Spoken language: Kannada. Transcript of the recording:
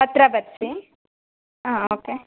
ಪತ್ರ ಬರೆಸಿ ಹಾಂ ಓಕೆ